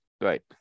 Right